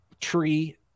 tree